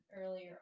earlier